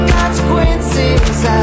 Consequences